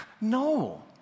No